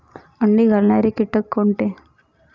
अंडी घालणारे किटक कोणते?